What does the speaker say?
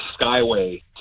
Skyway